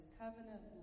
covenant